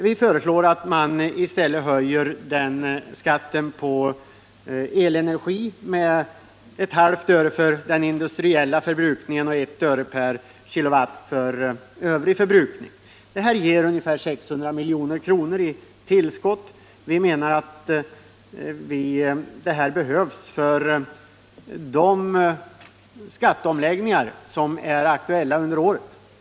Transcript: Vi föreslår att man i stället skall höja skatten på elenergi med ett halvt öre per kilowattimme för industriell förbrukning och med ett öre per kilowattimme för övrig förbrukning. Den höjningen ger ungefär 600 milj.kr. i tillskott per år. Vi menar att detta behövs för genomförandet av de skatteomläggningar som är aktuella under året.